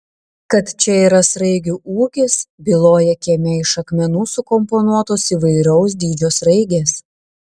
kad čia yra sraigių ūkis byloja kieme iš akmenų sukomponuotos įvairaus dydžio sraigės